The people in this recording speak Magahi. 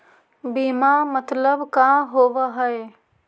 बीमा मतलब का होव हइ?